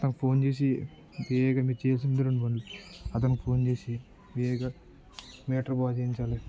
తను ఫోన్ చేసి బేగ మీరు చేయాల్సిందే రెండు పనులు అతనికి ఫోన్ చేసి బేగా మేటర్ బాగు చేయించాలి